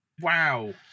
wow